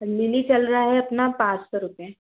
lily चल रहा है अपना पाँच सौ रुपये